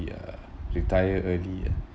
uh retire early